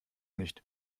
nicht